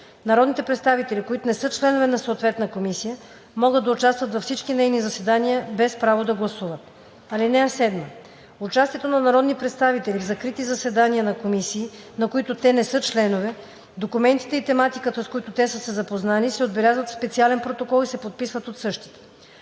Народните представители, които не са членове на съответна комисия, могат да участват във всички нейни заседания, без право да гласуват. (7) Участието на народни представители в закрити заседания на комисии, на които те не са членове, документите и тематиката, с които те са се запознали, се отбелязват в специален протокол и се подписват от същите.